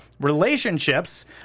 relationships